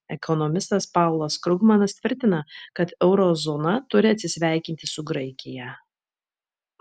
ekonomistas paulas krugmanas tvirtina kad euro zona turi atsisveikinti su graikija